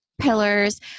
pillars